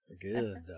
good